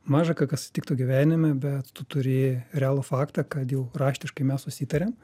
maža ką kas atsitiktų gyvenime bet tu turi realų faktą kad jau raštiškai mes susitarėm